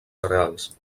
cereals